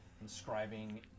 inscribing